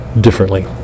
differently